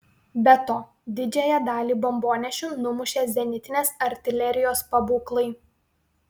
be to didžiąją dalį bombonešių numušė zenitinės artilerijos pabūklai